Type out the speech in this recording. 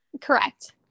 correct